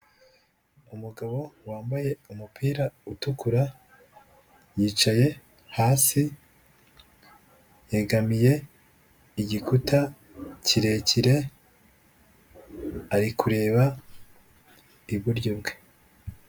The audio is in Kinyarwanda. Umugabo wambaye umupira utukura, yicaye hasi yegamiye igikuta kirekire ari kureba iburyo bwe.